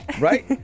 Right